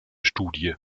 studie